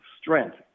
strength